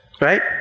right